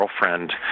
girlfriend